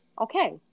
Okay